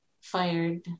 fired